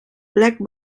plec